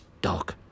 dog